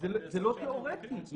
זה לא תיאורטי.